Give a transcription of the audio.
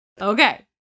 Okay